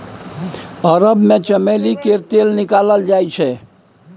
अरब मे चमेली केर तेल निकालल जाइ छै